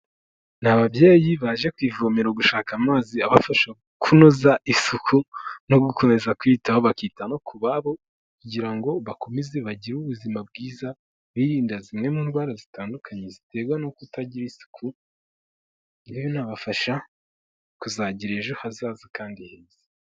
Ni abyeyi baje ku ivomero gushaka amazi abafasha kunoza isuku no gukomeza kwiyitaho bakita no ku babo kugira ngo bakomeze bagire ubuzima bwiza birinda zimwe mu ndwara zitandukanye ziterwa no kutagira isuku, binabafasha kuzagira ejo hazaza kandi heza.